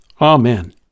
Amen